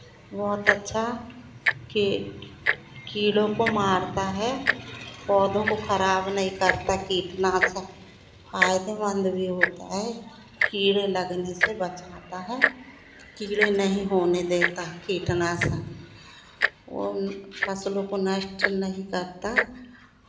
बहुत अच्छा कीट कीड़ों को मारता है पौधों को खराब नहीं करता कीटनाशक फ़ायदेमंद भी होता है कीड़े लगने से बचाता है कीड़े नहीं होने देता कीटनाशक वो उन फसलों को नष्ट नहीं करता